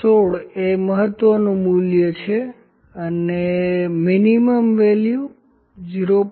16 એ મહત્તમ મૂલ્ય છે અને લઘુત્તમ મૂલ્ય 0